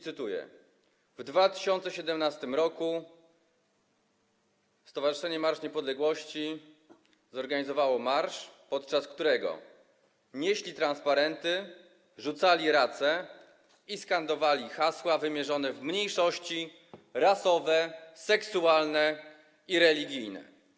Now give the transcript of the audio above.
Cytuję: W 2017 r. Stowarzyszenie Marsz Niepodległości zorganizowało marsz, którego uczestnicy nieśli transparenty, rzucali race i skandowali hasła wymierzone w mniejszości rasowe, seksualne i religijne.